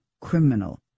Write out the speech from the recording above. criminal